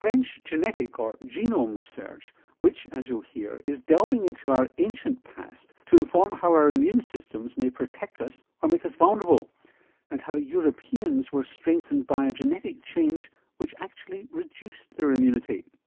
french genetic or genome research which, as you'll year, is delving into our ancient past to inform how our immune systems may protect us or make us vulnerable and how europeans were strengthened by a genetic change which actually reduced their immunity.